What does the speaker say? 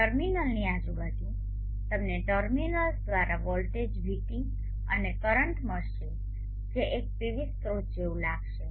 ટર્મિનલની આજુબાજુ તમને ટર્મિનલ્સ દ્વારા વોલ્ટેજ vT અને કરંટ મળશે જે એક પીવી સ્રોત જેવું લાગશે